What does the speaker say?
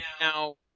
Now